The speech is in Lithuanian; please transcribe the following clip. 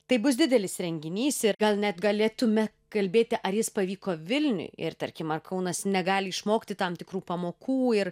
tai bus didelis renginys ir gal net galėtume kalbėti ar jis pavyko vilniuj ir tarkim ar kaunas negali išmokti tam tikrų pamokų ir